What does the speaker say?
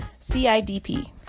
CIDP